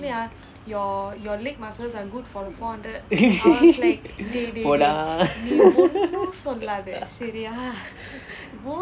போடா:podaa